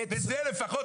בזה לפחות,